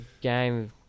game